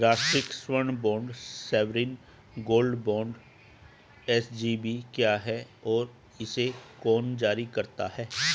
राष्ट्रिक स्वर्ण bond sovereign gold bond SGB क्या है और इसे कौन जारी करता है?